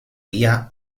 vía